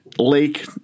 lake